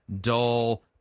dull